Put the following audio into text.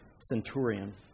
centurion